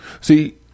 See